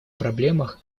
проблемах